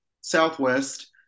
Southwest